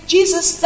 Jesus